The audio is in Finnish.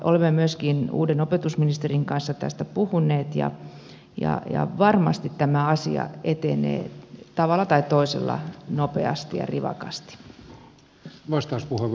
olemme myöskin uuden opetusministerin kanssa tästä puhuneet ja varmasti tämä asia etenee tavalla tai toisella nopeasti ja rivakasti